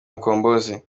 mkombozi